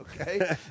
okay